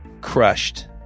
crushed